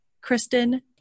Kristen